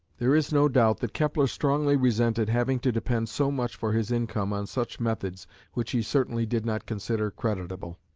there is no doubt that kepler strongly resented having to depend so much for his income on such methods which he certainly did not consider creditable.